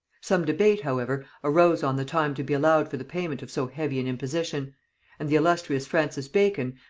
some debate, however, arose on the time to be allowed for the payment of so heavy an imposition and the illustrious francis bacon,